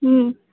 हं